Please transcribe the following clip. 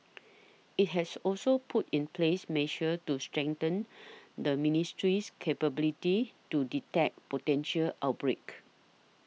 it has also put in place measures to strengthen the ministry's capability to detect potential outbreaks